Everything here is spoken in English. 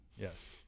Yes